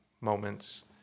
moments